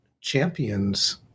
champions